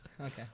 Okay